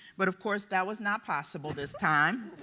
but of course, that was not possible this time.